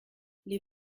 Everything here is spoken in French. les